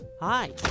Hi